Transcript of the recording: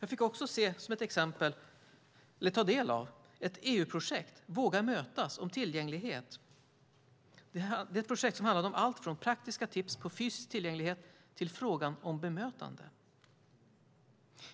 Jag fick också ta del av ett EU-projekt, Våga mötas - om tillgänglighet. Det är ett projekt som handlar om allt från praktiska tips på fysisk tillgänglighet till frågan om bemötande.